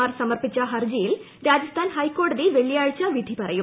മാർ സമർപ്പിച്ച ഹർജിയിൽ രാജസ്ഥാൻ ഹൈക്കോടതി വെള്ളിയാഴ്ച വിധി പറയും